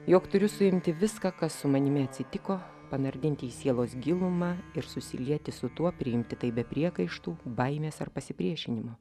jog turiu suimti viską kas su manimi atsitiko panardinti į sielos gilumą ir susilieti su tuo priimti tai be priekaištų baimės ar pasipriešinimo